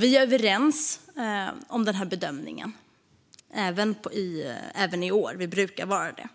Vi är överens om bedömningen även i år; vi brukar vara det.